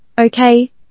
okay